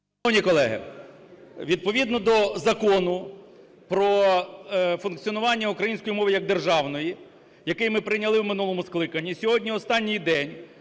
Шановні колеги, відповідно до Закону "Про функціонування української мови як державної", який ми прийняли в минулому скликанні, сьогодні останній день,